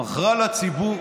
היא מכרה לציבור: